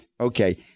Okay